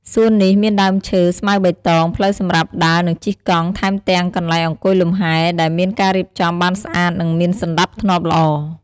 សួននេះមានដើមឈើ ស្មៅបៃតង ផ្លូវសម្រាប់ដើរនិងជិះកង់ ថែមទាំងកន្លែងអង្គុយលំហែ ដែលមានការរៀបចំបានស្អាតនិងមានសណ្តាប់ធ្នាប់ល្អ។